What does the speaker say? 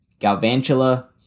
Galvantula